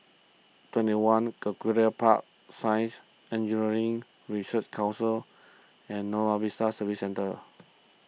twenty one Angullia Park Science Engineering Research Council and Buona Vista Service Centre